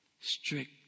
strict